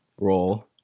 Roll